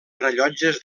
rellotges